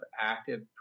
active